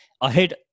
ahead